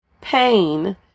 pain